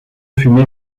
fumé